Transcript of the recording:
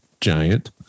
giant